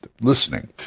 listening